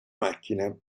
macchina